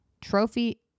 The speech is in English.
Trophy